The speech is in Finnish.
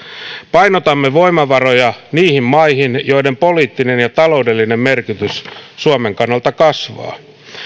painotamme voimavaroja niihin maihin joiden poliittinen ja taloudellinen merkitys suomen kannalta kasvaa